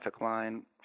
line